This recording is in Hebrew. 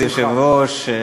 כבוד היושב-ראש,